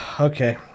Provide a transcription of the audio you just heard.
Okay